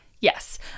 Yes